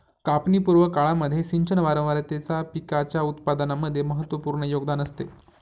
कापणी पूर्व काळामध्ये सिंचन वारंवारतेचा पिकाच्या उत्पादनामध्ये महत्त्वपूर्ण योगदान असते